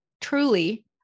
truly